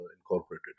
incorporated